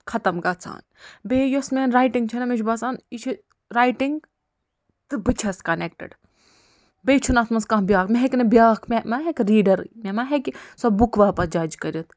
ختم گَژھان بیٚیہِ یۄس مےٚ رایٹِنٛگ چھَنا مےٚ چھُ باسان یہِ چھُ رایٹِنٛگ تہٕ بہٕ چھَس کنٮ۪کٹٕڈ بیٚیہِ چھُنہٕ اتھ منٛز کانٛہہ بیٛاکھ مےٚ ہٮ۪کہِ نہٕ بیٛاکھ مےٚ ما ہیٚکہِ ریٖڈر مےٚ ما ہیٚکہِ سۄ بُک واپس جج کٔرِتھ